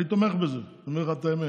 אני תומך בזה, אני אומר לך את האמת.